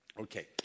Okay